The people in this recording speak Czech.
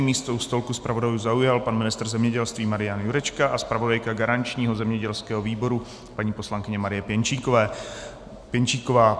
Místo u stolku zpravodajů zaujal pan ministr zemědělství Marian Jurečka a zpravodajka garančního zemědělského výboru paní poslankyně Marie Pěnčíková.